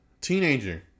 Teenager